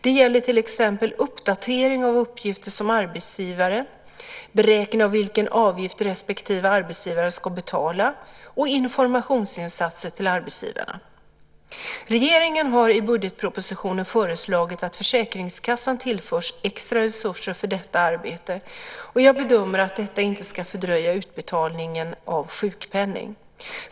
Det gäller till exempel uppdatering av uppgifter om arbetsgivare, beräkning av vilken avgift respektive arbetsgivare ska betala och informationsinsatser till arbetsgivarna. Regeringen har i budgetpropositionen föreslagit att försäkringskassan tillförs extra resurser för detta arbete, och jag bedömer att detta inte ska fördröja utbetalningen av sjukpenning.